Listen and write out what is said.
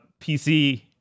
PC